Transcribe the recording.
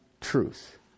truth